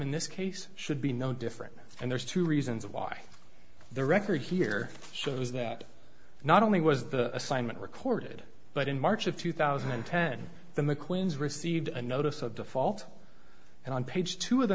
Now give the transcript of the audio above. in this case should be no different and there's two reasons why the record here shows that not only was the assignment recorded but in march of two thousand and ten the maclean's received a notice of default and on page two of the